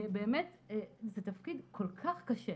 באמת זה תפקיד כל כך קשה,